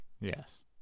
Yes